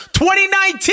2019